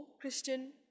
Christian